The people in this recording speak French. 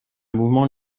mouvement